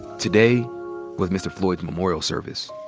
today was mr. floyd's memorial service.